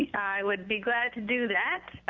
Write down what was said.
i would be glad to do that.